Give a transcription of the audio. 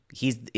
hes